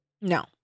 No